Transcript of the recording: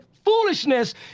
foolishness